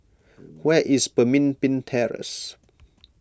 where is Pemimpin Terrace